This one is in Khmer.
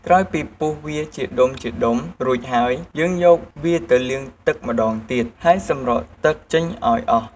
ក្រោយពីពុះវាជាដុំៗរួចហើយ យើងយកវាទៅលាងទឹកម្ដងទៀត ហើយសម្រក់ទឹកចេញឱ្យអស់។